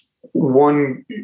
one